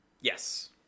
Yes